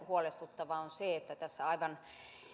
huolestuttavaa on se että tässä aivan